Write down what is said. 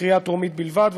בקריאה טרומית בלבד,